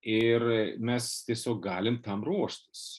ir mes tiesiog galim tam ruoštis